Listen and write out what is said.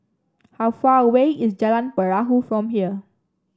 how far away is Jalan Perahu from here